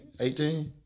18